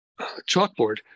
chalkboard